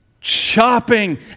chopping